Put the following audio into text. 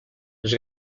les